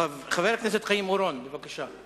חבר הכנסת חיים אורון, בבקשה.